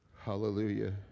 hallelujah